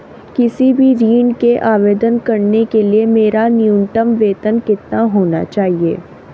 किसी भी ऋण के आवेदन करने के लिए मेरा न्यूनतम वेतन कितना होना चाहिए?